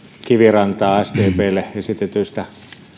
kivirantaa sdplle esitetyistä